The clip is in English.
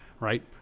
right